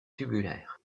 tubulaire